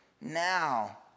Now